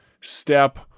step